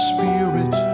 Spirit